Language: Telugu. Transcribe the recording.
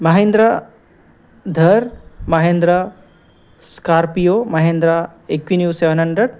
Mahindra Thar Mahindra Scorpio Mahindra Equinox seven hundred